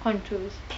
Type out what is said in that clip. control~